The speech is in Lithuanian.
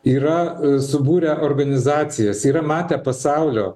yra subūrę organizacijas yra matę pasaulio